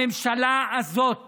הממשלה הזאת